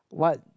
what